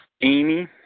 Amy